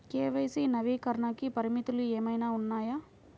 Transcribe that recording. KYC నవీకరణకి పరిమితులు ఏమన్నా ఉన్నాయా?